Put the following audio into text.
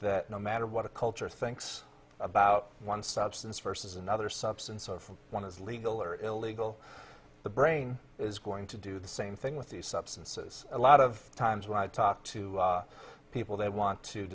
that no matter what a culture thinks about one substance versus another substance of one is legal or illegal the brain is going to do the same thing with these substances a lot of times when i talk to people that want to